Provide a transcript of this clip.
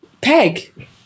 peg